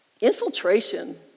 infiltration